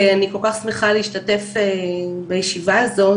אני כל כך שמחה להשתתף בישיבה הזאת,